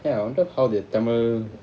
ya I wonder how the Tamil